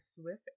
Swift